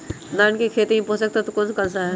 धान की खेती में पोषक तत्व कौन कौन सा है?